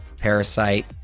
Parasite